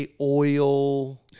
oil